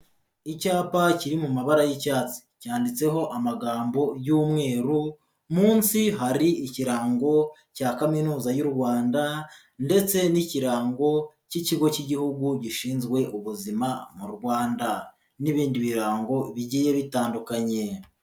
Icyapa kiri mu mabara y'icyatsi, cyanditseho amagambo y'umweru, munsi hari ikirango cya kaminuza y'u Rwanda ndetse n'ikirango cy'ikigo cy'igihugu gishinzwe ubuzima mu Rwanda n'ibindi birango bigiye bitandukanye.